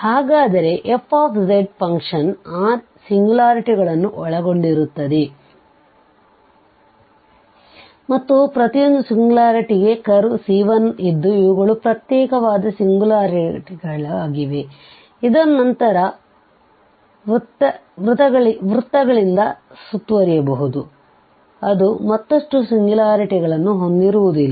ಹಾಗಾದರೆ f function r ಸಿಂಗ್ಯುಲಾರಿಟಿಗಳನ್ನು ಒಳಗೊಂಡಿರುತ್ತದೆ ಮತ್ತು ಪ್ರತಿಯೊಂದು ಸಿಂಗ್ಯುಲಾರಿಟಿಗೆ ಕರ್ವ್ C1 ಇದ್ದು ಇವುಗಳು ಪ್ರತ್ಯೇಕವಾದ ಸಿಂಗ್ಯುಲಾರಿಟಿಗಳಾಗಿವೆ ಇದನ್ನು ಇತರ ವೃತ್ತಗಳಿಂದ ಸುತ್ತುವರಿಯಬಹುದು ಅದು ಮತ್ತಷ್ಟು ಸಿಂಗ್ಯುಲಾರಿಟಿಗಳನ್ನು ಹೊಂದಿರುವುದಿಲ್ಲ